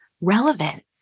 relevant